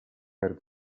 per